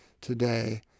today